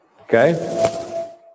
Okay